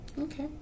Okay